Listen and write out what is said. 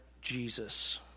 Jesus